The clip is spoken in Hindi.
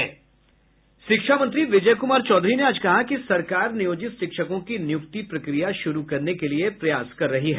शिक्षा मंत्री विजय कुमार चौधरी ने आज कहा कि सरकार नियोजित शिक्षकों की नियुक्ति प्रक्रिया शुरू करने के लिए प्रयास कर रही है